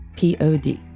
Pod